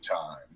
time